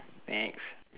next